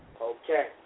Okay